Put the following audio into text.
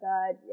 God